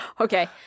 Okay